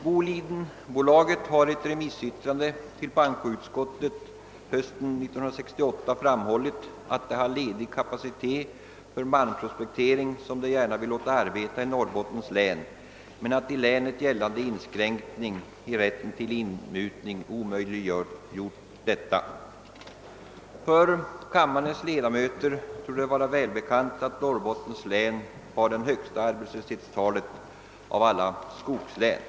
Bolidenbolaget har i ett remissyttrande till bankoutskottet hösten 1968 framhållit, att bolaget har ledig arbetskraft för malmprospektering som det gärna vill använda i Norrbotten men att i länet gällande inskränkning av rätten till inmutning omöjliggjort detta. För kammarens ledamöter torde det vara välbekant att Norrbottens län har den största arbetslösheten av alla skogslän.